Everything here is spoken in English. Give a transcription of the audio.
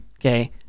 Okay